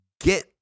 get